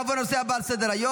נעבור לנושא הבא על סדר-היום,